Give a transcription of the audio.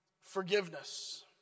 Forgiveness